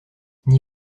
n’y